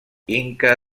inca